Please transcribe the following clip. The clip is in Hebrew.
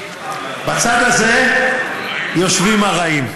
בצד הזה יושבים הרעים.